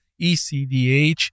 ECDH